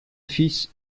fils